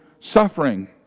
suffering